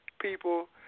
people